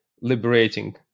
liberating